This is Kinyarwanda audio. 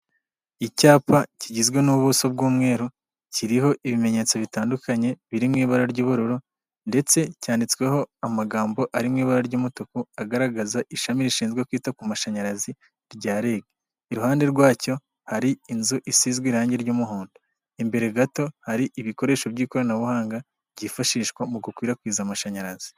Icyapa kigizwe n'ubuso bw'umweru, kiriho ibimenyetso bitandukanye biri mu ibara ry'uburu, ndetse cyanditsweho amagambo arimo ibara ry'umutuku agaragaza ishami rishinzwe kwita ku mashanyarazi rya REG. Iruhande rwacyo hari inzu isizwe irangi ry'umuhondo, imbere gato hari ibikoresho by'ikoranabuhanga byifashishwa mu gukwirakwiza amashanyarazi.